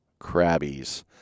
crabbies